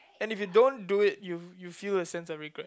and if you don't do it you you feel a sense of regret